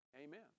amen